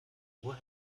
ohr